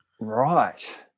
right